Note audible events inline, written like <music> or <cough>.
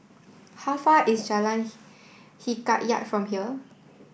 how far away is Jalan <unintelligible> Hikayat from here